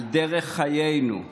על דרך חיינו.